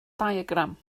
diagram